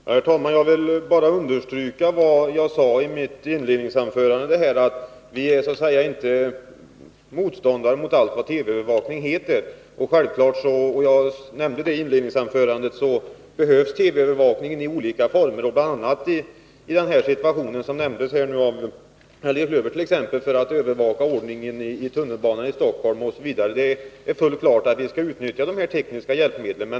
Herr talman! Jag vill bara understryka vad jag sade i mitt inledningsanförande. Vi är inte motståndare mot allt vad TV-övervakning heter. Som jag nämnde i mitt inledningsanförande behövs det självfallet TV-övervakning i olika former, bl.a. i sådana fall som Helge Klöver nämnde, t.ex. för att övervaka ordningen i tunnelbanan i Stockholm. Det är fullt klart att vi skall utnyttja de tekniska hjälpmedlen.